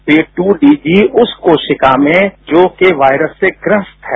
तो ये दू डी जी उस कोशिका में जो की वायरस से ग्रस्त है